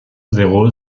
zéro